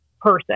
person